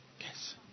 Yes